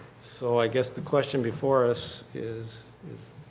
so i guess the question before us is is